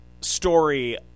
Story